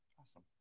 Awesome